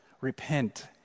Repent